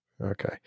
okay